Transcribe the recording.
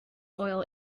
oil